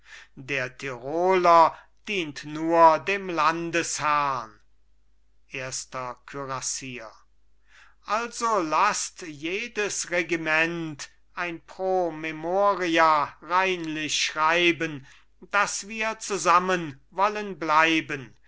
der tiroler dient nur dem landesherrn erster kürassier also laßt jedes regiment ein pro memoria reinlich schreiben daß wir zusammen wollen bleiben